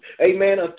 amen